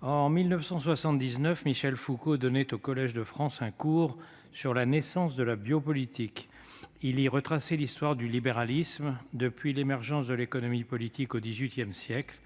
en 1979, Michel Foucault prononçait au Collège de France un cours intitulé. Il y retraçait l'histoire du libéralisme, depuis l'émergence de l'économie politique au XVIII siècle